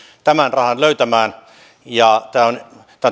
tämän rahan löytämään tämä on